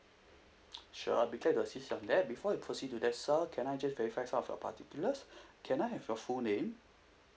sure we glad to assist you on that before we proceed to that sir can I just verify some of your particulars can I have your full name